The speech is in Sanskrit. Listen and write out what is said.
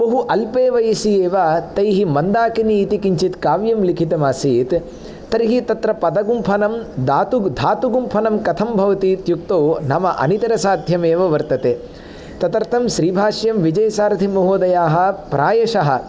बहु अल्पे वयसि एव तैः मन्दाकिनी इति किञ्चित् काव्यं लिखितम् आसीत् तर्हि तत्र पदगुम्फनं दातु धातुगुम्फनं कथं भवति इत्युक्तौ नाम अनीतरसाध्यमेव वर्तते तदर्तं श्रीभाष्यविजयसारथिमहोदयाः प्रायशः